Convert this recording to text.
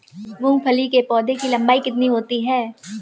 मूंगफली के पौधे की लंबाई कितनी होती है?